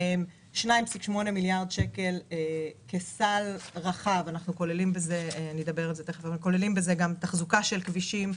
2.8 מיליארד שקל הם כסל רחב שאנחנו כוללים בו תחזוקה של כבישים,